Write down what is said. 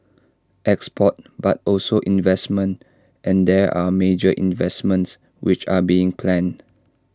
exports but also investments and there are major investments which are being planned